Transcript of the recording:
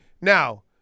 now